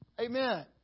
Amen